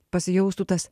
pasijaustų tas